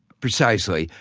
precisely.